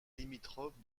limitrophe